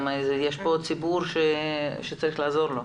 יש כאן ציבור שצריך לעזור לו.